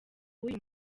w’uyu